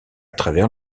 travers